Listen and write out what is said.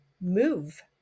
move